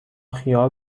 خیار